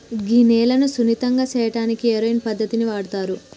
గీ నేలను సున్నితంగా సేయటానికి ఏరోయింగ్ పద్దతిని వాడుతారు